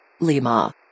Lima